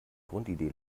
grundidee